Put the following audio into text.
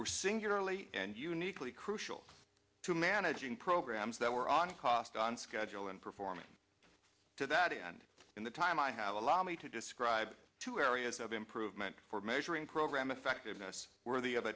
were singularly and uniquely crucial to managing programs that were on cost on schedule and performance to that end in the time i have allowed me to describe two areas of improvement for measuring program effectiveness worthy of